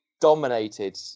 dominated